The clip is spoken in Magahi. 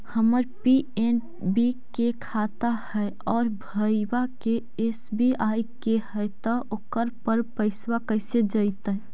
हमर पी.एन.बी के खाता है और भईवा के एस.बी.आई के है त ओकर पर पैसबा कैसे जइतै?